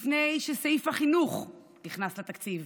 לפני שסעיף החינוך נכנס לתקציב,